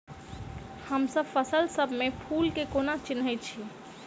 हमसब फसल सब मे फूल केँ कोना चिन्है छी?